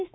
S